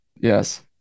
Yes